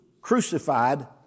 crucified